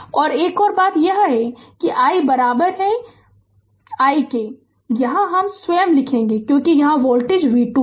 और एक और बात यह है i यह i है यहां हम स्वयं लिखेगे क्योंकि यहां वोल्टेज v 2 है